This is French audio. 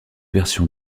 version